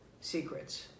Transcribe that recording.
secrets